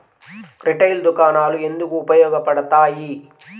Retail దుకాణాలు ఎందుకు ఉపయోగ పడతాయి?